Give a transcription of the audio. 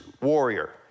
warrior